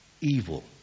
evil